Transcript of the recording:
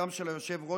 גם של היושב-ראש,